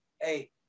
hey